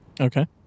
Okay